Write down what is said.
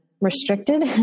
restricted